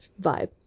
vibe